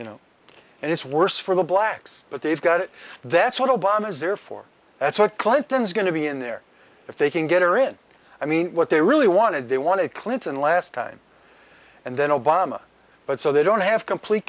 you know and it's worse for the blacks but they've got it that's what obama is there for that's what clinton's going to be in there if they can get her in i mean what they really wanted they wanted clinton last time and then obama but so they don't have complete